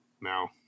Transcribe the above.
now